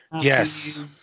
Yes